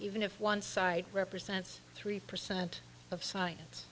even if one side represents three percent of science